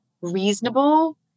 reasonable